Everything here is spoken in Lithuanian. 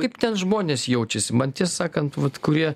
kaip ten žmonės jaučiasi man tiesą sakant vat kurie